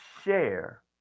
share